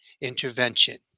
intervention